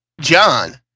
John